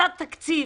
לצד תקציב,